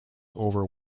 over